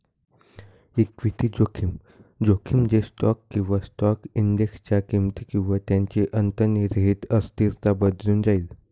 equity जोखीम, जोखीम जे स्टॉक किंवा स्टॉक इंडेक्सच्या किमती किंवा त्यांची अंतर्निहित अस्थिरता बदलून जाईल